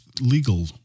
legal